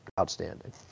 outstanding